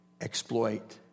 exploit